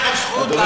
אין לכם זכות,